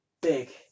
big